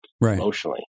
emotionally